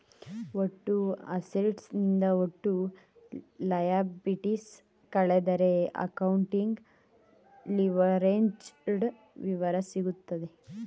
ಒಟ್ಟು ಅಸೆಟ್ಸ್ ನಿಂದ ಒಟ್ಟು ಲಯಬಲಿಟೀಸ್ ಕಳೆದರೆ ಅಕೌಂಟಿಂಗ್ ಲಿವರೇಜ್ಡ್ ವಿವರ ಸಿಗುತ್ತದೆ